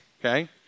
okay